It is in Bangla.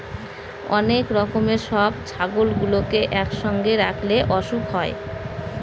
অনেক রকমের সব ছাগলগুলোকে একসঙ্গে রাখলে অসুখ হয়